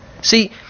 See